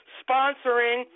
sponsoring